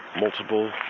multiple